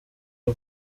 iyo